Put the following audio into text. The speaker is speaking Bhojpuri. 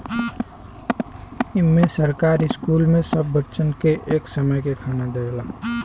इम्मे सरकार स्कूल मे सब बच्चन के एक समय के खाना देवला